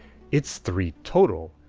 it's three total.